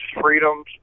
freedoms